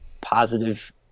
positive